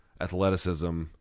athleticism